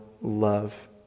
love